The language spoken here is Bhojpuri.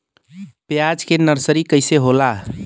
प्याज के नर्सरी कइसे होला?